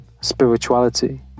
spirituality